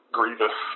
grievous